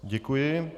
Děkuji.